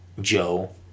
Joe